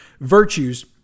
virtues